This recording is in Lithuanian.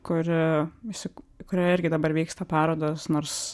kuri įsik kurioje irgi dabar vyksta parodos nors